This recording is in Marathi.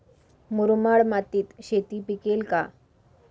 मुरमाड मातीत शेती पिकेल का?